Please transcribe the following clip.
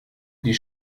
die